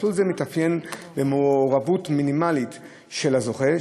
מסלול זה מתאפיין במעורבות מינימלית של הזוכה,